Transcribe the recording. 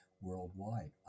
worldwide